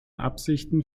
absichten